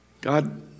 God